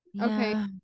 okay